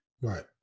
Right